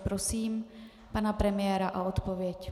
Prosím pana premiéra o odpověď.